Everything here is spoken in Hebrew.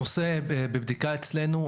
הנושא בבדיקה אצלנו.